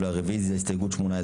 הרוויזיה על הסתייגות מספר 37?